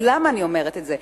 ולמה אני אומרת את זה?